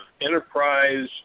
enterprise